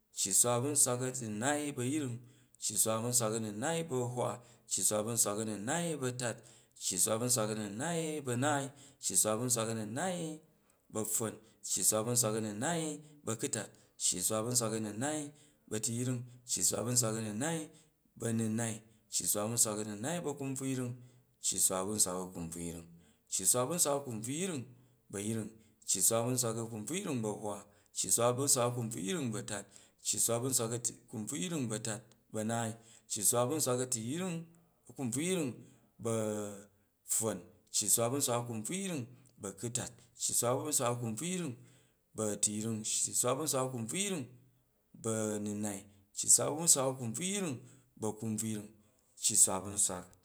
Cci swa ba̱ nswak a̱nunai bu̱ a̱yring. cci swa ba̱ nswak a̱nunai bu̱ a̱hwa. cci swa ba̱ nswak a̱nunai bu̱ a̱tat. cci swa ba̱ nswak a̱nunai bu̱ a̱naai. cci swa ba̱ nswak a̱nunai bu̱ a̱pffon. cci swa ba̱ nswak a̱nunai bu̱ a̱kutat. cci swa ba̱ nswak a̱nunai bu̱ a̱tuyring. cci swa ba̱ nswak a̱nunai bu̱ a̱nunai. cci swa ba̱ nswak a̱nunai bu̱ akumbvuyringg. cci swa ba̱ nswak a̱kunbvuyring. cci swa ba̱ nswak a̱kunbvuyring bu̱ a̱yring. cci swa ba̱ nswak a̱kunbvuyring bu̱ a̱hwa. cci swa ba̱ nswak a̱kunbvuyring bu̱ a̱tat. cci swa ba̱ nswak a̱kunbvuyring bu̱ a̱tat, bu̱ a̱naai. cci swa ba̱ nswak a̱tuyring a̱kunbvuyring bu̱ a̱pffon. cci swa ba̱ nswak a̱kunbvuyring bu̱ a̱kutat. cci swa ba̱ nswak a̱kunbvuyring bu̱ a̱tuyring. cci swa ba̱ nswak a̱kunbvuyring bu̱ a̱nunai. cci swa ba̱ nswak a̱kunbvuyring bu̱ a̱kunbvuyring. cci swa ba̱ nswak.